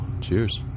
cheers